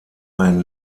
ein